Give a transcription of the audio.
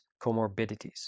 comorbidities